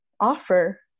offer